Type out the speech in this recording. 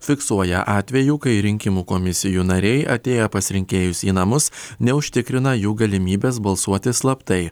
fiksuoja atvejų kai rinkimų komisijų nariai atėję pas rinkėjus į namus neužtikrina jų galimybės balsuoti slaptai